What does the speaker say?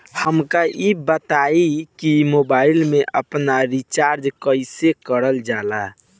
हमका ई बताई कि मोबाईल में आपन रिचार्ज कईसे करल जाला?